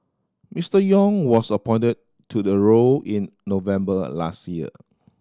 Mister Yong was appointed to the role in November last year